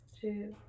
Two